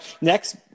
Next